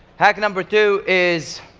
hack number two is,